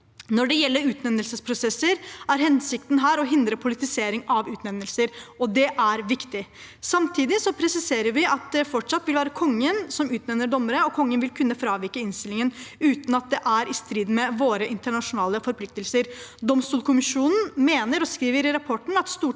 Når det gjelder utnevnelsesprosesser, er hensikten her å hindre politisering av utnevnelser, og det er viktig. Samtidig presiserer vi at det fortsatt vil være Kongen som utnevner dommere, og Kongen vil kunne fravike innstillingen uten at det er i strid med våre internasjonale forpliktelser. Domstolkommisjonen mener og skriver i sin rapport at Stortinget